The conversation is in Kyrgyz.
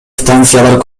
станциялар